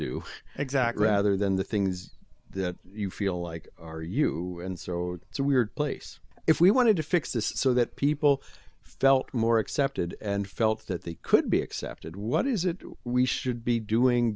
exact rather than the things that you feel like are you and so it's a weird place if we want to fix this so that people felt more accepted and felt that they could be accepted what is it we should be doing